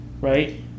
right